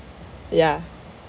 ya